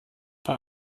bei